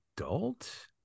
adult